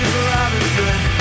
Robinson